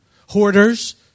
Hoarders